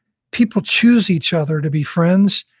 people choose each other to be friends,